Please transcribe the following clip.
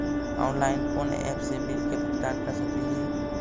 Online कोन app से bill के भुगतान कर सकली ही?